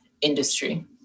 industry